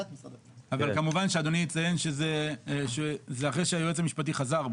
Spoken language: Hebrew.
אבל כמובן שאדוני יציין שזה אחרי שהיועץ המשפטי חזר בו.